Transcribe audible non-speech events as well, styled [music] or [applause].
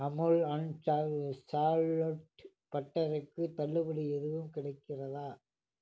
Amul Ansal [unintelligible] salted பட்டருக்கு தள்ளுபடி எதுவும் கிடைக்கிறதா